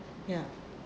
ya